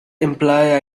imply